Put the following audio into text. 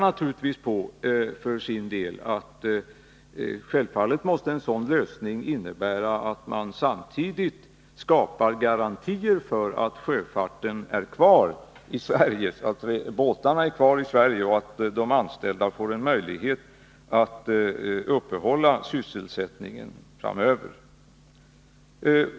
Naturligtvis pekar de för sin del på att en lösning självfallet måste innebära att man samtidigt skapar garantier för att sjöfarten är kvar i Sverige — att båtarna är kvar i Sverige är ju en förutsättning för att man skall få en möjlighet att upprätthålla sysselsättningen framöver.